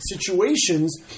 situations